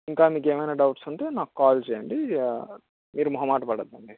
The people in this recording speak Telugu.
ఇంకా మీకు ఏమైనా డౌట్స్ ఉంటే నాకు కాల్ చేయండి మీరు మొహమాటపడకండి